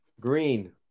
green